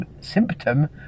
symptom